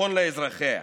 ביטחון לאזרחיה.